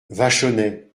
vachonnet